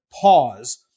pause